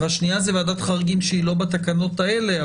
והשנייה זה ועדת חריגים שהיא לא בתקנות האלה,